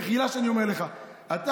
מחילה שאני אומר לך: אתה,